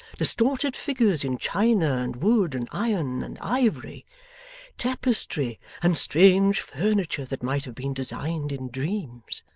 distorted figures in china and wood and iron and ivory tapestry and strange furniture that might have been designed in dreams.